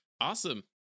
Awesome